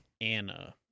Anna